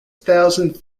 thousand